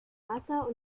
wasser